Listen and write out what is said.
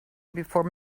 before